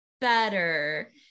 better